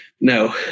No